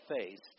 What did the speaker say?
faced